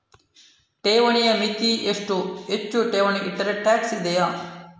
ಠೇವಣಿಯ ಮಿತಿ ಎಷ್ಟು, ಹೆಚ್ಚು ಠೇವಣಿ ಇಟ್ಟರೆ ಟ್ಯಾಕ್ಸ್ ಇದೆಯಾ?